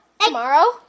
tomorrow